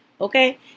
okay